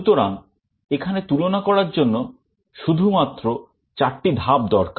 সুতরাং এখানে তুলনা করার জন্য শুধু মাত্র চারটি ধাপ দরকার